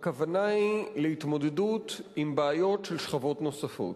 הכוונה היא להתמודדות עם בעיות של שכבות נוספות.